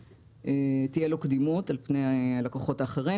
תהיה לו קדימות על פני הלקוחות האחרים.